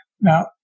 Now